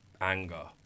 anger